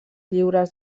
lliures